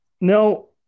No